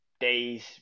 days